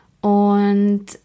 Und